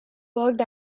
worked